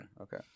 Okay